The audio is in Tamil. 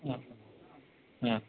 ம் ம்